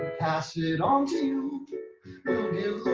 pass it on to you